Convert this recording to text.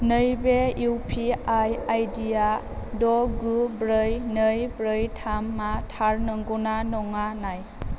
नैबे इउपिआइ आइडिया द' गु ब्रै नै ब्रै थामआ थार नंगौना नङा नाय